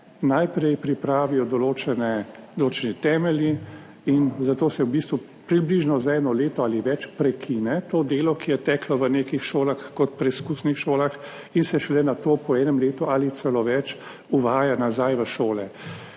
najprej pripravijo določeni temelji in zato se v bistvu približno za eno leto ali več prekine to delo, ki je teklo v nekih šolah kot preizkusnih šolah in se šele nato po enem letu ali celo več uvaja nazaj v šole.